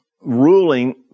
ruling